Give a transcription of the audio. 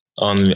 on